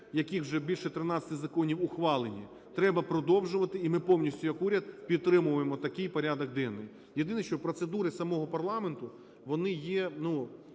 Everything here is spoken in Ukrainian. яких вже більше 13 законів ухвалені, треба продовжувати і ми повністю як уряд підтримуємо такий порядок денний. Єдине, що процедури самого парламенту вони є